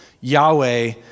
Yahweh